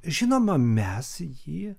žinoma mes jį